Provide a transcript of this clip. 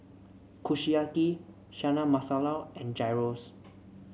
Kushiyaki Chana Masala and Gyros